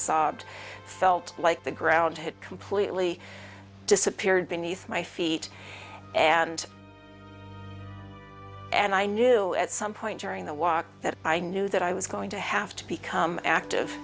sobbed felt like the ground had completely disappeared beneath my feet and and i knew at some point during the walk that i knew that i was going to have to become active